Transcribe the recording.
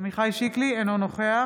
אינו נוכח